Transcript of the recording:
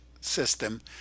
system